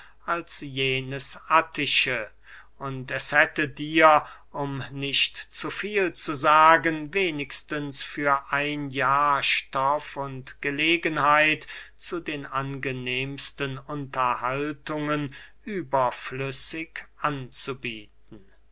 als jenes attische und es hätte dir um nicht zu viel zu sagen wenigstens für ein jahr stoff und gelegenheit zu den angenehmsten unterhaltungen überflüssig anzubieten